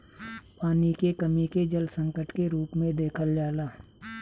पानी के कमी के जल संकट के रूप में देखल जाला